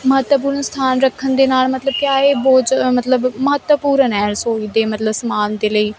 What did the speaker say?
ਮਹੱਤਵਪੂਰਨ ਸਥਾਨ ਰੱਖਣ ਦੇ ਨਾਲ ਮਤਲਬ ਕਿਆ ਏ ਬਹੁਤ ਮਤਲਬ ਮਹੱਤਵਪੂਰਨ ਹੈ ਰਸੋਈ ਦੇ ਮਤਲਬ ਸਮਾਨ ਦੇ ਲਈ